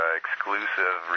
exclusive